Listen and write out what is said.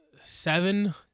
seven